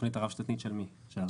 התוכנית הרב-שנתית של מי?